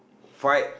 fight